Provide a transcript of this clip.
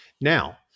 now